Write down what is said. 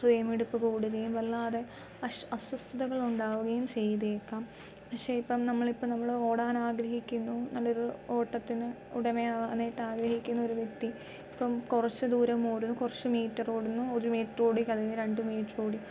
ഹൃദയമിടിപ്പ് കൂടുകയും വല്ലാതെ അഷ് അസ്വസ്ഥതകൾ ഉണ്ടാകുകയും ചെയ്തേക്കാം പക്ഷേ ഇപ്പോൾ നമ്മൾ ഇപ്പോൾ നമ്മൾ ഓടാനാഗ്രഹിക്കുന്നു നല്ലൊരു ഓട്ടത്തിന് ഉടമ ആവാനായിട്ട് ആഗ്രഹിക്കുന്ന ഒരു വ്യക്തി ഇപ്പം കുറച്ച് ദൂരം ഓടുന്നു കുറച്ച് മീറ്റർ ഓടുന്നു ഒരു മീറ്റർ ഓടി കഴിഞ്ഞ് രണ്ട് മീറ്റർ ഓടി